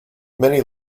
many